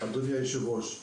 אדוני היושב-ראש.